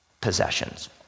possessions